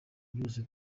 byose